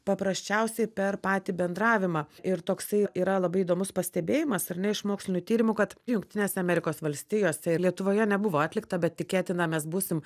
paprasčiausiai per patį bendravimą ir toksai yra labai įdomus pastebėjimas ar ne iš mokslinių tyrimų kad jungtinėse amerikos valstijose ir lietuvoje nebuvo atlikta bet tikėtina mes būsim